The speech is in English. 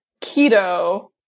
keto